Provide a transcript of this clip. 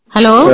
Hello